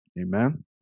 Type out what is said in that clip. Amen